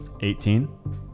Eighteen